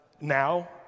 now